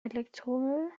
elektromüll